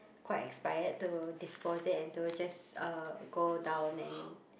quite expired to dispose it and to just uh go down and